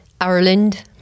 Ireland